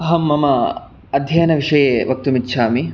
अहं मम अध्ययनविषये वक्तुम् इच्छामि